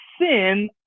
sin